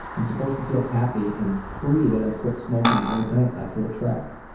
i'm supposed to feel happy and free that i quit smoking, but i don't, i feel trapped.